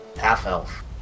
half-elf